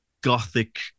Gothic